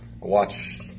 watch